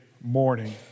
morning